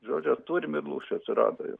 žodžiu turim ir lūšių atsirado jau